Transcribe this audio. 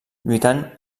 lluitant